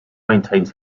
maintains